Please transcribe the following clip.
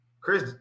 Chris